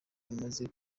yamaze